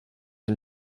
and